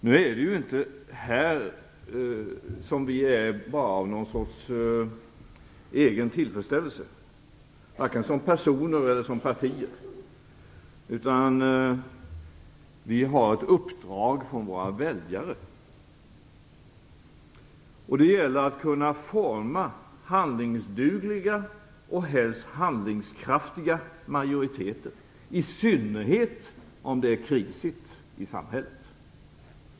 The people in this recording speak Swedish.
Nu är vi inte här för någon sorts egen tillfredsställelse, vare sig som personer eller som partier, utan vi har ett uppdrag från våra väljare. Det gäller att kunna forma handlingsdugliga och helst handlingskraftiga majoriteter, i synnerhet om det är krisigt i samhället.